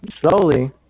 slowly